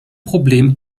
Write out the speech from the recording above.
problem